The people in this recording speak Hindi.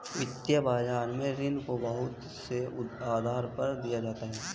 वित्तीय बाजार में ऋण को बहुत से आधार पर दिया जाता है